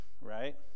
right